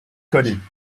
coding